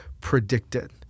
predicted